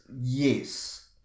yes